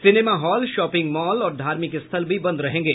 cinema hall shopping mall और धार्मिक स्थल भी बंद रहेंगे